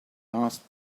asked